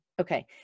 Okay